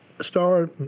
Star